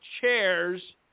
chairs